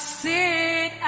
sit